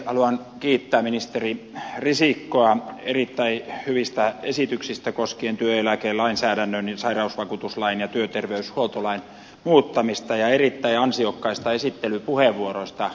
haluan kiittää ministeri risikkoa erittäin hyvistä esityksistä koskien työeläkelainsäädännön ja sairausvakuutuslain ja työterveyshuoltolain muuttamista ja erittäin ansiokkaista esittelypuheenvuoroista äsken